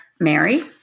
Mary